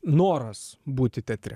noras būti teatre